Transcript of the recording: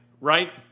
right